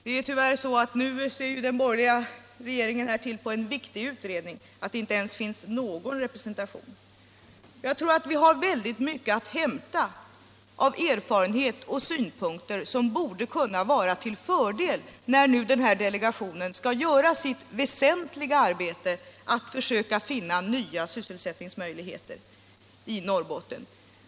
Det är tyvärr så att den borgerliga regeringen nu ser till, när det gäller en viktig utredning, att det inte ens där finns någon sådan representation. Jag tror att vi har väldigt mycket att hämta hos kvinnorna av erfarenhet och synpunkter, som borde kunna vara till fördel när nu den här delegationen skall utföra sitt väsentliga arbete — att försöka finna nya sysselsättningsmöjligheter i Norrbotten.